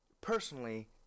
personally